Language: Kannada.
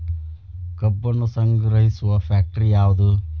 ಕಬ್ಬನ್ನು ಸಂಗ್ರಹಿಸುವ ಫ್ಯಾಕ್ಟರಿ ಯಾವದು?